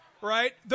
Right